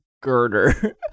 girder